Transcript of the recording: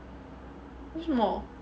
为什么